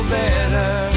better